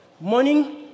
morning